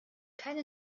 keine